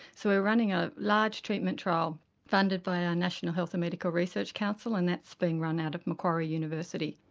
so we're running a large treatment trial funded by our national health and medical research council and that's being run out of macquarie university.